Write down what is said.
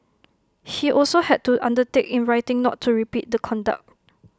he also had to undertake in writing not to repeat the conduct